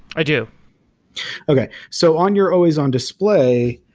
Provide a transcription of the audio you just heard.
i do okay. so on your always-on display,